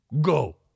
Go